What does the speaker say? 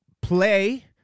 play